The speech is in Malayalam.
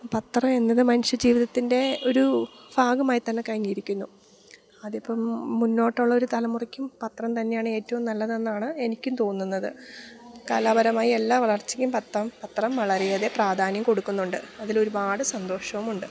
പത്രം എന്നത് മനുഷ്യ ജീവിതത്തിൻ്റെ ഒരു ഭാഗമായി തന്നെ കഴിഞ്ഞിരിക്കുന്നു അതിപ്പം മുന്നോട്ട് ഉള്ളൊരു തലമുറയ്ക്കും പത്രം തന്നെയാണ് ഏറ്റവും നല്ലത് എന്നാണ് എനിക്കും തോന്നുന്നത് കലാപരമായി എല്ലാ വളർച്ചയ്ക്കും പത്രം പത്രം വളരെ ഏറെ പ്രാധാന്യം കൊടുക്കുന്നുണ്ട് അതിലൊരുപാട് സന്തോഷോമുണ്ട്